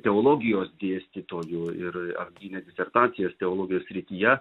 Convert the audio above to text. teologijos dėstytojo ir apgynęs disertacijas teologijos srityje